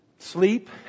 Sleep